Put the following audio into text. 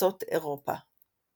ארצות אירופה.